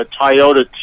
Toyota